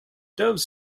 doves